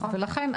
לכן,